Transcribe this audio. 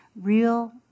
real